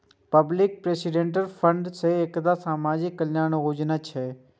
public provident fund सेहो एकटा सामाजिक कल्याण योजना छियै